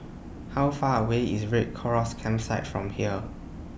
How Far away IS Red Chorus Campsite from here